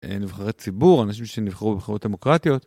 נבחרי ציבור, אנשים שנבחרו בבחירות דמוקרטיות.